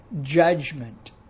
judgment